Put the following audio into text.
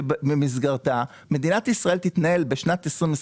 שבמסגרתה מדינת ישראל תתנהל בשנת 2024,